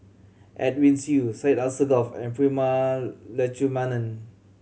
Edwin Siew Syed Alsagoff and Prema Letchumanan